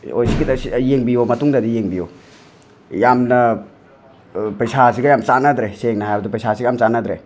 ꯑꯣꯏ ꯁꯤꯗ ꯌꯦꯡꯕꯤꯌꯣ ꯃꯇꯨꯡꯗꯗꯤ ꯌꯦꯡꯕꯤꯌꯨ ꯌꯥꯝꯅ ꯄꯩꯁꯥꯁꯤꯒ ꯌꯥꯝ ꯆꯥꯟꯅꯗ꯭ꯔꯦ ꯁꯦꯡꯅ ꯍꯥꯏꯔꯕꯗ ꯄꯩꯁꯥꯁꯤꯒ ꯌꯥꯝ ꯆꯥꯟꯅꯗ꯭ꯔꯦ